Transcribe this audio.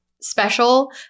special